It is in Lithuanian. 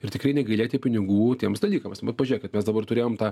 ir tikrai negailėti pinigų tiems dalykams bet pažėkit mes dabar turėjom tą